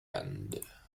end